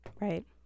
Right